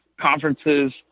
conferences